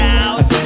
out